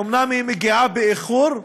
אומנם היא מגיעה באיחור,